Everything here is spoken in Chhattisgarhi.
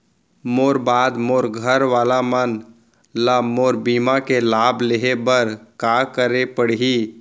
मोर बाद मोर घर वाला मन ला मोर बीमा के लाभ लेहे बर का करे पड़ही?